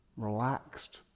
Relaxed